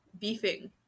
beefing